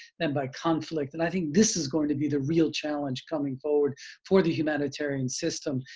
than by conflict. and i think this is going to be the real challenge coming forward for the humanitarian system,